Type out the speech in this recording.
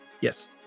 Yes